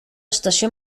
estació